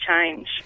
change